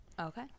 Okay